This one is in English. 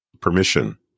permission